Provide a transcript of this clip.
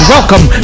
Welcome